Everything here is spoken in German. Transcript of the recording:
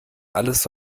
alles